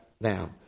now